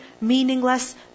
meaningless